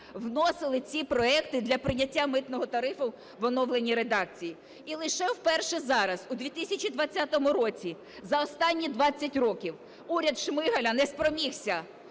вносили ці проекти для прийняття Митного тарифу в оновленій редакції. І лише вперше зараз, у 2020 році, за останні 20 років, уряд Шмигаля не спромігся